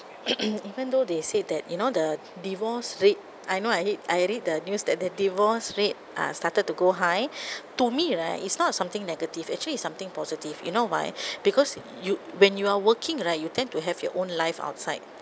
even though they said that you know the divorce rate I know I read I read the news that the divorce rate uh started to go high to me right it's not something negative actually it's something positive you know why because you when you are working right you tend to have your own life outside